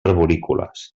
arborícoles